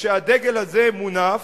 וכשהדגל הזה מונף,